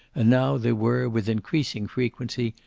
and now there were, with increasing frequency,